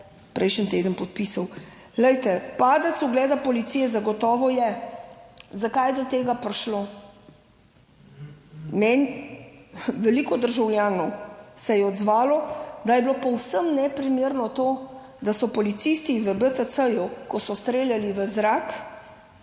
prejšnji teden podpisal. Glejte, padec ugleda policije zagotovo je. Zakaj je do tega prišlo? Meni, veliko državljanov se je odzvalo, da je bilo povsem neprimerno to, da so policisti v BTC, ko so streljali v zrak,